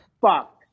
Fuck